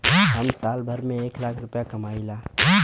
हम साल भर में एक लाख रूपया कमाई ला